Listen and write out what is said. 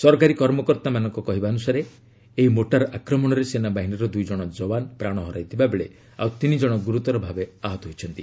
ସରକାରୀ କର୍ମକର୍ତ୍ତାଙ୍କ କହିବା ଅନୁସାରେ ଏହି ମୋର୍ଟାର ଆକ୍ରମଣରେ ସେନାବାହିନୀର ଦୂଇ ଜଣ ଦରୱାନ ପ୍ରାଣ ହରାଇଥିବା ବେଳେ ଆଉ ତିନି ଜଣ ଗ୍ରର୍ତର ଭାବେ ଆହତ ହୋଇଛନ୍ତି